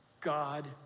God